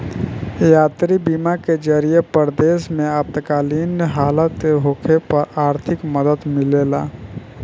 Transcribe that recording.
यात्री बीमा के जरिए परदेश में आपातकालीन हालत होखे पर आर्थिक मदद मिलेला